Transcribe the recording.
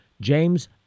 James